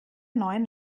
neuen